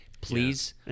Please